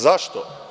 Zašto?